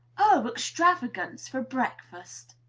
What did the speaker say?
oh, extravagance! for breakfast!